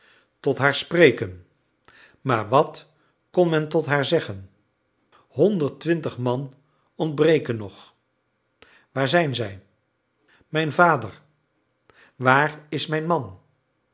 tot haar spreken maar wat kon men tot haar zeggen honderd twintig man ontbreken nog waar zijn zij mijn vader waar is mijn man